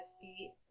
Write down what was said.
feet